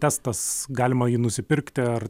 testas galima jį nusipirkti ar